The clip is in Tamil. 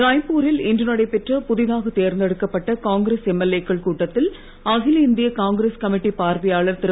ராய்ப்பூரில் இன்று நடைபெற்ற புதிதாக தேர்ந்தெடுக்கப்பட்ட காங்கிரஸ் எம்எல்ஏ க்கள் கூட்டத்தில் அகில இந்திய காங்கிரஸ் கமிட்டி பார்வையாளர் திரு